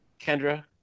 Kendra